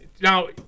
now